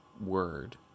word